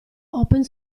open